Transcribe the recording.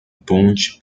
ponte